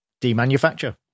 Demanufacture